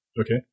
Okay